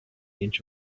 inch